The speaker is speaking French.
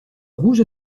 rouge